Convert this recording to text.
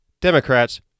Democrats